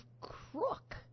crook